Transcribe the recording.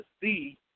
see